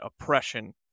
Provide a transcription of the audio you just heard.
oppression